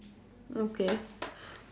okay